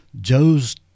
Joe's